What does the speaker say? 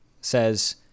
says